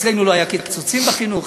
אצלנו לא היו קיצוצים בחינוך,